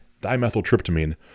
dimethyltryptamine